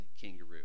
Kangaroo